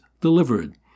delivered